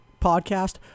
podcast